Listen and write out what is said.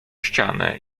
ścianę